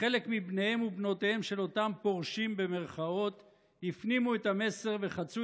חלק מבניהם ובנותיהם של אותם "פורשים" הפנימו את המסר וחצו